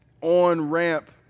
on-ramp